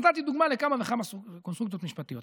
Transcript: נתתי דוגמה לכמה וכמה קונסטרוקציות משפטיות.